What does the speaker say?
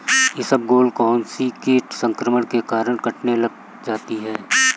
इसबगोल कौनसे कीट संक्रमण के कारण कटने लग जाती है?